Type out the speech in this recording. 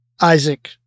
Isaac